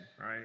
right